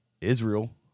Israel